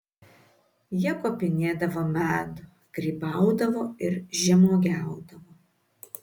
jie kopinėdavo medų grybaudavo ir žemuogiaudavo